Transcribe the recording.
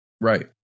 Right